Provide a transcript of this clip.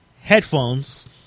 headphones